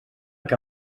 que